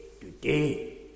today